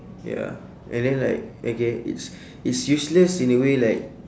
ya and then like again it's it's useless in a way like